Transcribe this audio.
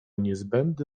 niezbędny